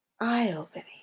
eye-opening